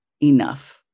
enough